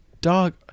dog